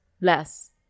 less